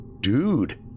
Dude